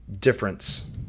difference